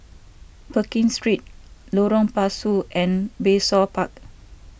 Pekin Street Lorong Pasu and Bayshore Park